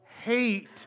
hate